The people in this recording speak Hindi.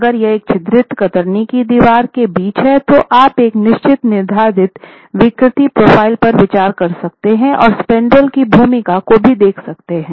अगर यह छिद्रित कतरनी की दीवार के बीच है तो आप एक निश्चित निर्धारित विकृति प्रोफ़ाइल पर विचार कर सकते हैं और स्पैन्ड्रेल की भूमिका को भी देख सकते हैं